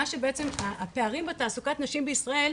הפערים בתעסוקת נשים בישראל,